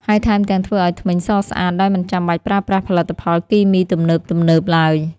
ហើយថែមទាំងធ្វើឲ្យធ្មេញសស្អាតដោយមិនចាំបាច់ប្រើប្រាស់ផលិតផលគីមីទំនើបៗឡើយ។